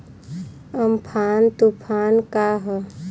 Amphan तुफान का ह?